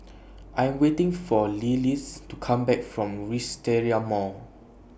I Am waiting For Lillis to Come Back from Wisteria Mall